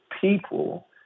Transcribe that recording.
people